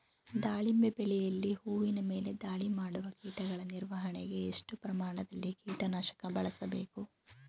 ದಾಳಿಂಬೆ ಬೆಳೆಯಲ್ಲಿ ಹೂವಿನ ಮೇಲೆ ದಾಳಿ ಮಾಡುವ ಕೀಟಗಳ ನಿರ್ವಹಣೆಗೆ, ಎಷ್ಟು ಪ್ರಮಾಣದಲ್ಲಿ ಕೀಟ ನಾಶಕ ಬಳಸಬೇಕು?